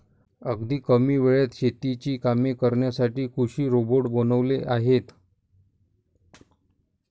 अगदी कमी वेळात शेतीची कामे करण्यासाठी कृषी रोबोट बनवले आहेत